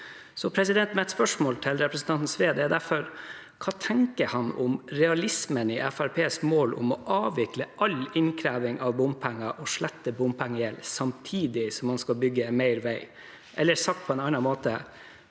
Mitt spørsmål til representanten Sve er derfor: Hva tenker han om realismen i Fremskrittspartiets mål om å avvikle all innkreving av bompenger og slette bompengegjeld, samtidig som man skal bygge mer vei? Eller sagt på en annen måte: